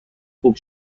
خوب